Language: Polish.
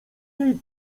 niej